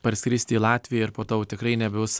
parskristi į latviją ir po to jau tikrai nebebus